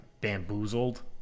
bamboozled